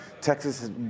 Texas